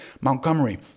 Montgomery